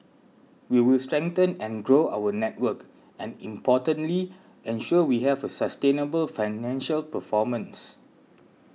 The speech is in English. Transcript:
we will strengthen and grow our network and importantly ensure we have a sustainable financial performance